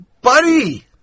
buddy